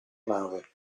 nave